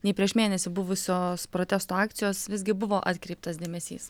nei prieš mėnesį buvusios protesto akcijos visgi buvo atkreiptas dėmesys